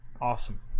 awesome